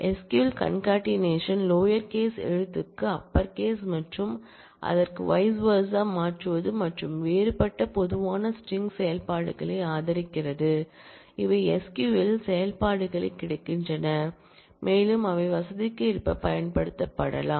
SQL concatenation lower case எழுத்துக்கு upper case மற்றும் அதற்கு வைஸ்வர்சா மாற்றுவது மற்றும் வேறுபட்ட பொதுவான ஸ்ட்ரிங்செயல்பாடுகளை ஆதரிக்கிறது அவை SQL இல் செயல்பாடுகளாகக் கிடைக்கின்றன மேலும் அவை வசதிக்கு ஏற்ப பயன்படுத்தப்படலாம்